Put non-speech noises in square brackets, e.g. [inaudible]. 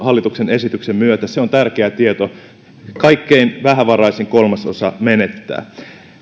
[unintelligible] hallituksen esityksen myötä se on tärkeä tieto kaikkein vähävaraisin kolmasosa menettää